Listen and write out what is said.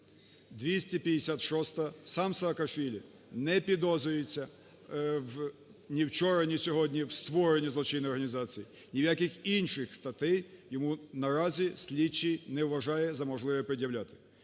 256-а. Сам Саакашвілі не підозрюється ні вчора, ні сьогодні в створенні злочинної організації, ніяких інших статей йому наразі слідчий не вважає за можливе пред'являти.